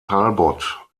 talbot